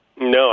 No